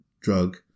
drug